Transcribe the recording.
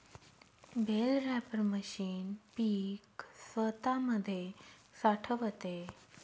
bell wrapper machine पीक स्वतामध्ये साठवते